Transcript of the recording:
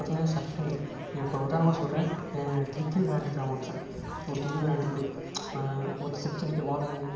பார்த்திங்கனா சட்டங்கள் இப்போ உதரணமாக சொல்லுறேன் கிரிக்கெட் விளையாண்ட்டு இருக்கான் ஒருத்தேன் ஒரு டீம்மே விளையாண்டு இருக்குது ஒரு சிக்ஸ் அடிக்க பாலை